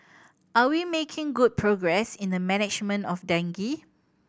are we making good progress in the management of dengue